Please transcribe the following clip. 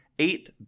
Eight